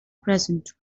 present